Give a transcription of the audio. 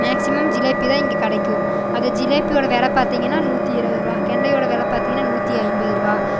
maximum jalebi தான் இங்கே கிடைக்கும் அது ஜிலேபியோட வெலை பார்த்தீங்கனா நூற்றி இருபது ரூவா கெண்டையோட வெலை பார்த்தீங்கனா நூற்றி ஐம்பது ரூவா